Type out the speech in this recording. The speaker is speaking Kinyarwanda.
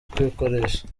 kwikoresha